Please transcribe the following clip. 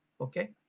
Okay